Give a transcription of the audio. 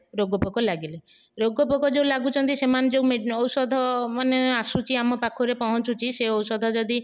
ରୋଗ ପୋକ ଲାଗିଲେ ରୋଗ ପୋକ ଯେଉଁ ଲାଗୁଛନ୍ତି ସେମାନେ ଯେଉଁ ଔଷଧ ମାନେ ଆସୁଛି ଆମ ପାଖରେ ପହଞ୍ଚୁଛି ସେ ଔଷଧ ଯଦି